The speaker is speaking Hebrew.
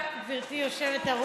תודה, גברתי היושבת-ראש.